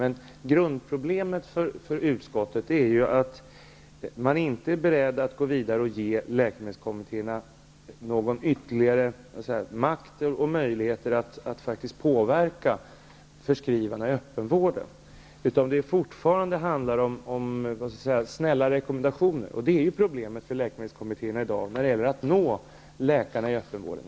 Men grundproblemet är att man i utskottet inte är beredd att gå vidare och ge läkemedelskommittéerna ytterligare makt och möjligheter att faktiskt påverka förskrivarna i öppenvården. Det handlar fortfarande om snälla rekommendationer. Det är problemet för läkemedelskommittéerna i dag när det gäller att nå läkarna i öppenvården.